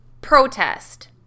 protest